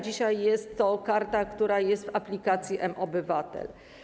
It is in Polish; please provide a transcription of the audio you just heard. Dzisiaj jest to karta, która jest w aplikacji mObywatel.